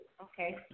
Okay